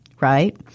right